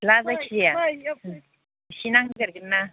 ला जायखिजाया एसे नांदेरगोन ना